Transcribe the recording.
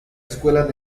escuelas